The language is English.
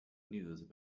news